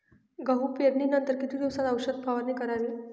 गहू पेरणीनंतर किती दिवसात औषध फवारणी करावी?